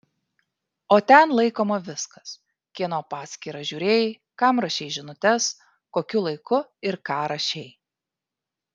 o ten laikoma viskas kieno paskyrą žiūrėjai kam rašei žinutes kokiu laiku ir ką rašei